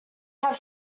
have